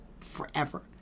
forever